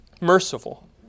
merciful